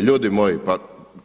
Ljudi moji, pa